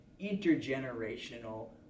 intergenerational